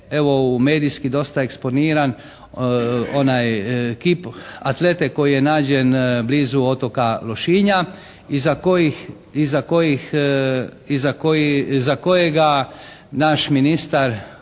evo medijski dosta eksponiran onaj kip atlete koji je nađen blizu otoka Lošinja i za kojih, i za